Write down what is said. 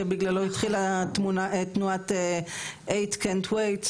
שבגללו התחילה תנועה "8 Can't Wait",